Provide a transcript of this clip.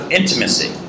intimacy